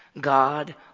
God